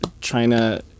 china